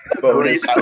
bonus